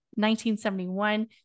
1971